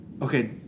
Okay